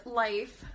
life